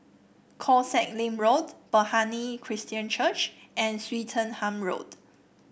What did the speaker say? Koh Sek Lim Road Bethany Christian Church and Swettenham Road